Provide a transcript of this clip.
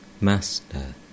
master